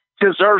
deserves